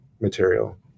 material